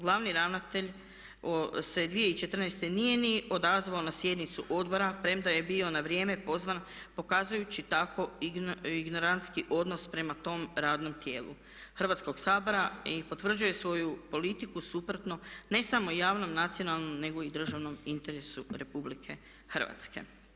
Glavni ravnatelj se 2014. nije ni odazvao na sjednicu odbora premda je bio na vrijeme pozvan pokazujući tako ignorantski odnos prema tom radnom tijelu Hrvatskog sabora i potvrđuje svoju politiku suprotno ne samo javnom, nacionalnom nego i državnom interesu Republike Hrvatske.